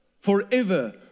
forever